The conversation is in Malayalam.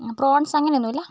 പ്രോൺസ് അങ്ങനെയൊന്നും ഇല്ലേ